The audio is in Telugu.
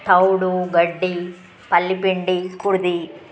తౌడు గడ్డి పల్లి పిండి కుడితి